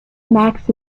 max